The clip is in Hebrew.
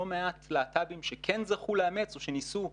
מעט להט"בים שכן זכו לאמץ או שניסו ונכשלו,